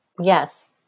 Yes